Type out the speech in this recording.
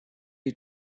you